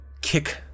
kick